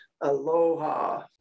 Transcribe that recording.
Aloha